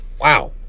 wow